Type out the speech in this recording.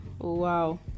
wow